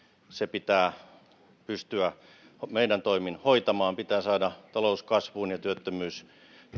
pitää pystyä meidän toimin hoitamaan pitää saada talous kasvuun ja työttömyys